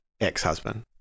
Ex-husband